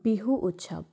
বিহু উৎসৱ